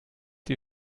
die